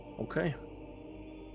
Okay